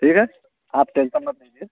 ठीक है आप टेन्शन मत लीजिए